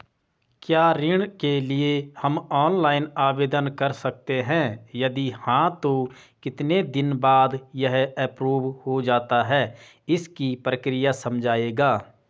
क्या ऋण के लिए हम ऑनलाइन आवेदन कर सकते हैं यदि हाँ तो कितने दिन बाद यह एप्रूव हो जाता है इसकी प्रक्रिया समझाइएगा?